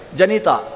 Janita